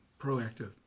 proactive